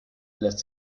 lässt